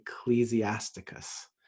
Ecclesiasticus